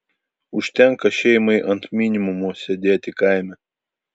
užtenka šeimai ant minimumo sėdėti kaime